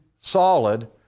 solid